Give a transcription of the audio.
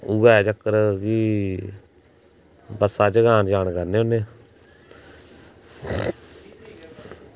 उऐ चक्कर की बस्सा च गै आन जान करने होन्ने